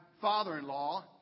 father-in-law